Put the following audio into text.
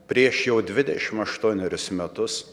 prieš jau dvidešim aštuonerius metus